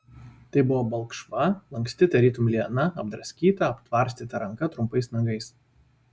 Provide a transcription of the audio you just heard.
tai buvo balkšva lanksti tarytum liana apdraskyta aptvarstyta ranka trumpais nagais